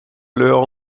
l’heure